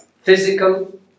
physical